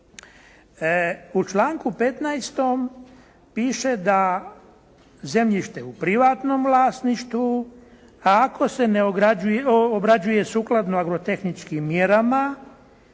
U članku 15. piše da zemljište u privatnim vlasništvu, ako se ne obrađuje sukladno agrotehničkim mjerama,